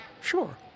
Sure